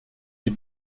est